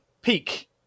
peak